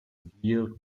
dear